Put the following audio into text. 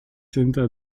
hinter